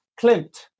Klimt